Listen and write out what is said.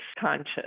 conscious